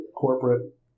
corporate